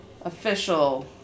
official